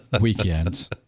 weekend